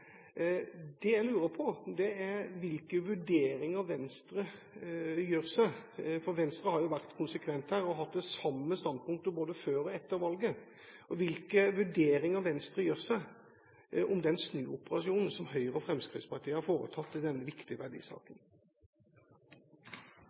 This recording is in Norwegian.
Det jeg lurer på, er hvilke vurderinger Venstre gjør – for Venstre har jo vært konsekvent og hatt det samme standpunktet både før og etter valget – av den snuoperasjonen som Høyre og Fremskrittspartiet har foretatt i denne viktige